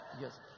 yes